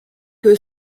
que